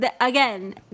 again